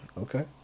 Okay